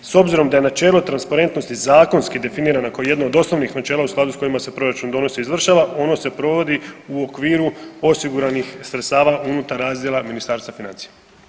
S obzirom da je načelo transparentnosti zakonski definirano kao jedno od osnovnih načela u skladu sa kojima se proračun donosi i izvršava ono se provodi u okviru osiguranih sredstava unutar razdjela Ministarstva financija.